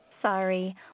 Sorry